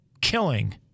killing